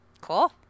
Cool